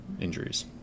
injuries